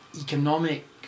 economic